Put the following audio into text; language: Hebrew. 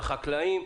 לחקלאים,